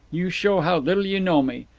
you show how little you know me.